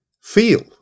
feel